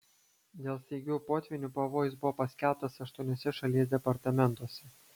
dėl staigių potvynių pavojus buvo paskelbtas aštuoniuose šalies departamentuose